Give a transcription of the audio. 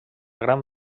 gran